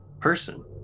person